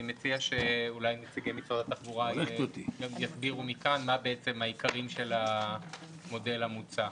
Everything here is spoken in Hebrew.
אני מציע שנציגי משרד התחבורה יסבירו את העיקרים של המודל המוצע.